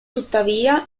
tuttavia